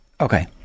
Okay